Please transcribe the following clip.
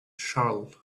charles